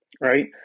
right